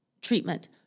treatment